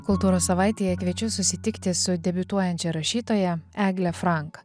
kultūros savaitėje kviečiu susitikti su debiutuojančia rašytoja eglė frank